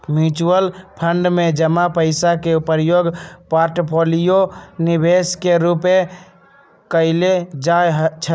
mutual fund में जमा पइसा के उपयोग पोर्टफोलियो निवेश के रूपे कएल जाइ छइ